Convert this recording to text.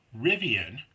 Rivian